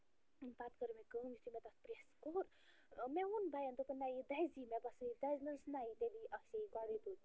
پَتہٕ کٔر مےٚ کٲم یِتھُے مےٚ تَتھ پریٚس کوٚر مےٚ ووٚن بایَن دوٚپُن نہَ یہِ دَزی مےٚ باسٮ۪و یہِ دَزِنس نہَ یہِ تیٚلی آسہِ ہے یہِ گۄڈے دوٚدمُت